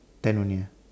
ten only ah